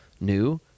new